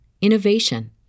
innovation